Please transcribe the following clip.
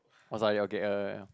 I was like okay err